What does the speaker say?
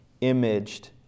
imaged